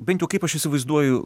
bent jau kaip aš įsivaizduoju